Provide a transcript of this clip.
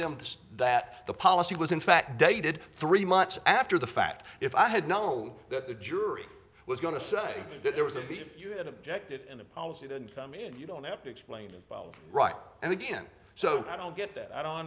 this that the policy was in fact dated three months after the fact if i had known that the jury was going to say that there was a b if you had objected and a policy didn't come in you don't have to explain it well right and again so i don't get that i don't